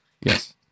Yes